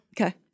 Okay